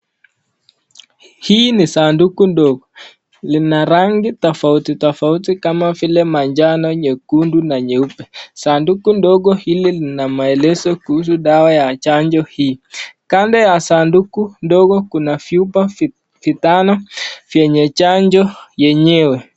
Hii ni sanduku ndogo Ina rangi tofauti tofauti, kama vile majano nyekundu na nyeupe, sanduku hili Lina maelezo kuhusu dawa ya chanjo hii kando ya sanduku Kuna Vyumba vitano vyenye chanjo yenyewe.